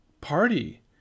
party